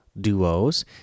Duos